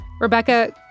Rebecca